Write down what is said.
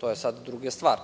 to je sada druga stvar,